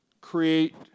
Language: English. create